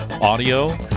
audio